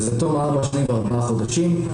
שהיא "תום ארבע שנים וארבעה חודשים",